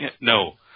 no